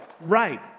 Right